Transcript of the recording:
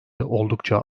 oldukça